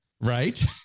right